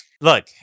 look